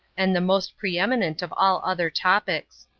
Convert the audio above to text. and the most pre-eminent of all other topics.